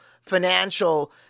financial